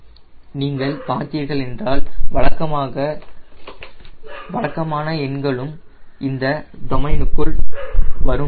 மேலும் நீங்கள் பார்த்தீர்கள் என்றால் வழக்கமாக எண்களும் இந்த டொமைனுக்குள் வரும்